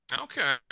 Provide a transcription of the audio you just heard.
Okay